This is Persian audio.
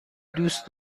دوست